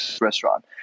restaurant